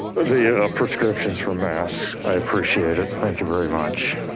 ah the prescriptions for masks. i appreciate it, thank you very much.